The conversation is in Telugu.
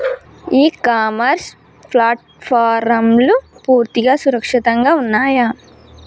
ఇ కామర్స్ ప్లాట్ఫారమ్లు పూర్తిగా సురక్షితంగా ఉన్నయా?